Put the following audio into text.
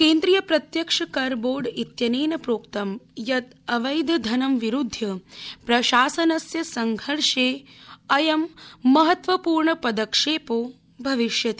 केन्द्रीय प्रत्यक्ष कर बोर्ड इत्यनेन प्रोक्तं यत् अवैध धनं विरुध्य प्रशासनस्य संघर्षे अयं महत्वपूर्ण पदक्षेपो भविष्यति